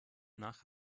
nach